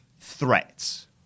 threats